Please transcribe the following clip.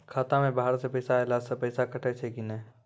खाता मे बाहर से पैसा ऐलो से पैसा कटै छै कि नै?